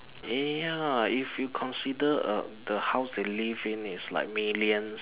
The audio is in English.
eh ya if you consider a the house they live in is like millions